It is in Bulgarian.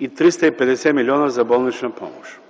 и 350 милиона за болнична помощ.